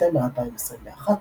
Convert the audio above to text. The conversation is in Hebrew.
בספטמבר 2021,